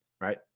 right